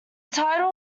title